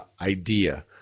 idea